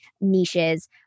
niches